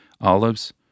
olives